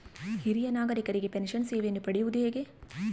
ಹಿರಿಯ ನಾಗರಿಕರಿಗೆ ಪೆನ್ಷನ್ ಸೇವೆಯನ್ನು ಪಡೆಯುವುದು ಹೇಗೆ?